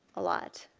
a lot.